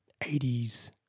80s